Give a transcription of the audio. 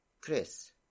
Chris